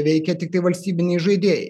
veikia tiktai valstybiniai žaidėjai